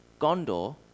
Gondor